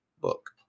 book